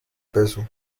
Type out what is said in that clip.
peso